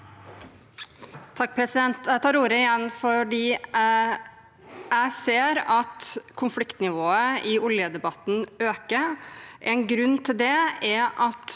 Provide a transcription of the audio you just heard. (MDG) Jeg tar ordet igjen fordi jeg ser at konfliktnivået i oljedebatten øker. En grunn til det er at